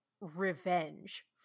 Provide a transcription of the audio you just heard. revenge